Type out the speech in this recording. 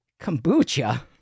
Kombucha